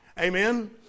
Amen